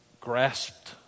grasped